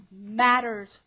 matters